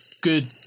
good